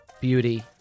beauty